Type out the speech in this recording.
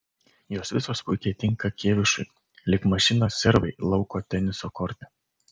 jos visos puikiai tinka kėvišui lyg mašinos servai lauko teniso korte